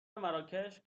مراکش